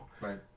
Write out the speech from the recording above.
Right